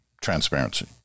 transparency